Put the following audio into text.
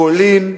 גולים,